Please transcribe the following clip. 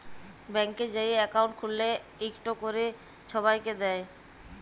ব্যাংকে যাঁয়ে একাউল্ট খ্যুইলে ইকট ক্যরে ছবাইকে দেয়